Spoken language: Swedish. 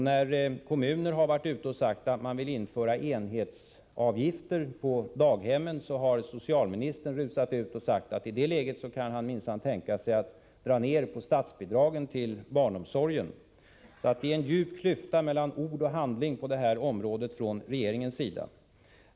När kommuner gått ut och sagt att de vill införa enhetsavgifter på daghemmen har socialministern rusat fram och påpekat att i det läget kan han minsann tänka sig att dra ned på statsbidragen till barnomsorgen. På det här området är det alltså en djup klyfta mellan ord och handling från regeringens sida.